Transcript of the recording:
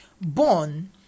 born